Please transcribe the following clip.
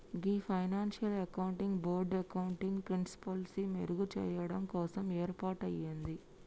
గీ financial accounting board accounting ప్రిన్సిపిల్సి మెరుగు చెయ్యడం కోసం ఏర్పాటయింది